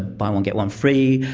buy one get one free,